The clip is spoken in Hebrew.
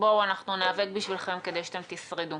אנחנו ניאבק בשבילכם כדי שאתם תשרדו.